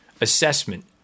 assessment